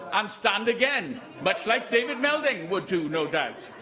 and stand again much like david melding would do, no doubt.